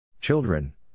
Children